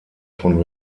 von